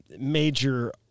major